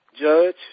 judge